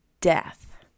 death